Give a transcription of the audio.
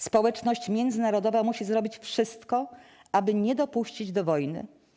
Społeczność międzynarodowa musi zrobić wszystko, aby nie dopuścić do wojny.